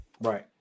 right